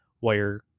wire